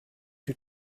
too